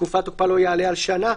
תקופת תוקפה לא יעלה על שנה.